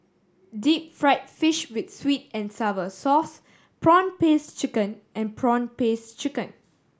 deep fried fish with sweet and sour sauce prawn paste chicken and prawn paste chicken